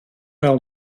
well